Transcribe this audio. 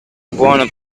buono